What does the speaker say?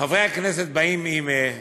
ישיב סגן שר החינוך סליחה, רגע,